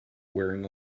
wearing